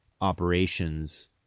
operations